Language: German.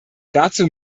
dazu